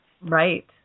Right